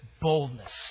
boldness